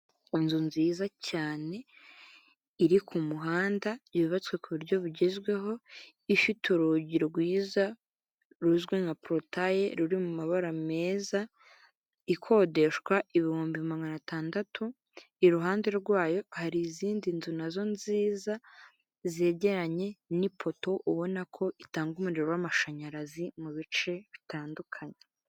Inzu nziza cyane iri ku muhanda yubatswe ku buryo bugezweho, ifite urugi rwiza ruzwi nka porotaye ruri mu mabara meza, ikodeshwa ibihumbi magana atandatu, iruhande rwayo hari izindi nzu nazo nziza, zegeranye n'ipoto ubona ko itanga umuriro w'amashanyarazi, mu bice bitandukanye.